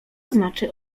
znaczy